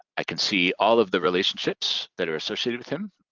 i can see all of the relationships that are associated with him.